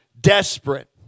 desperate